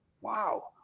Wow